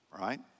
right